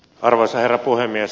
arvoisa herra puhemies